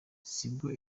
sibwo